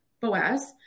Boaz